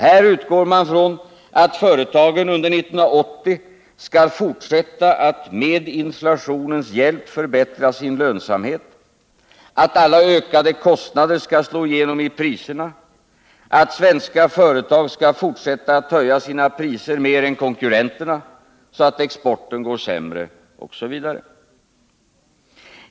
Här utgår man från att företagen under 1980 skall fortsätta att med inflationens hjälp förbättra sin lönsamhet, att alla ökade kostnader skall slå igenom i priserna, att svenska företag skall fortsätta att höja sina priser mer än konkurrenterna, så att exporten går sämre osv.